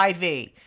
IV